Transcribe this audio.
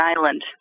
island